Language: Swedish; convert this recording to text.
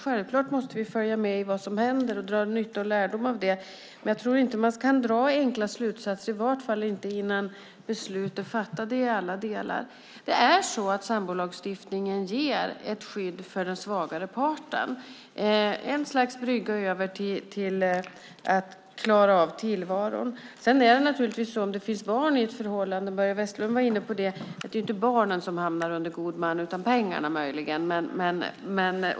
Självklart måste vi följa med i vad som händer och dra lärdom av det, men man kan inte dra enkla slutsatser innan beslut är fattade i alla delar. Sambolagstiftningen ger ett skydd för den svagare parten, ett slags brygga över till att klara av tillvaron. Finns det barn i ett förhållande är det, Börje Vestlund, inte barnen som hamnar under god man utan pengarna.